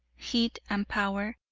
heat and power,